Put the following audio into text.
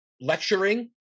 lecturing